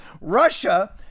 Russia